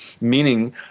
meaning